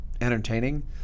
entertaining